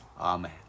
amen